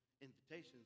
invitations